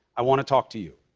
i want to talk to you.